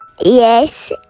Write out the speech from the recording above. Yes